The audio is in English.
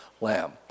lamb